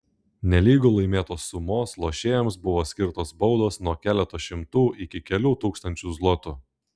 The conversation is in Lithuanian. nelygu laimėtos sumos lošėjams buvo skirtos baudos nuo keleto šimtų iki kelių tūkstančių zlotų